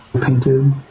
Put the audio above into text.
painted